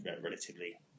relatively